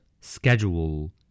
Schedule